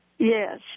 Yes